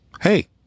hey